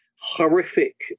horrific